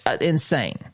insane